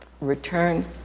return